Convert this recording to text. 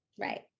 Right